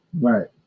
right